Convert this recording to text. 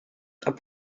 are